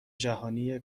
جهانی